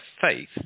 faith